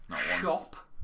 shop